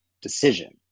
decision